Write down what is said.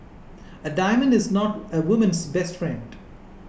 a diamond is not a woman's best friend